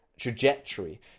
trajectory